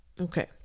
Okay